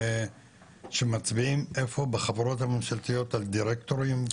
שמצביעים איפה בחברות הממשלתיות הדירקטורים?